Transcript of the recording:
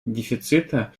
дефицита